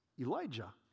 Elijah